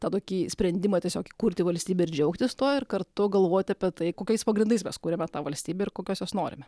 tą tokį sprendimą tiesiog įkurti valstybę ir džiaugtis tuo ir kartu galvoti apie tai kokiais pagrindais mes kuriame tą valstybę ir kokios jos norime